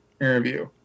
interview